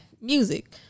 music